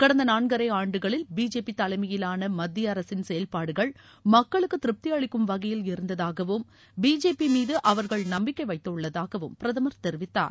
கடந்த நான்கரை ஆண்டுகளில் பிஜேபி தலைமையிலான மத்திய அரசின் செயல்பாடுகள் மக்களுக்கு திருப்தியளிக்கும் வகையில் இருந்ததாகவும் பிஜேபி மீது அவர்கள் நம்பிக்கை வைத்துள்ளதாகவும் பிரதமர் தெரிவித்தார்